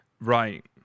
Right